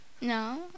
No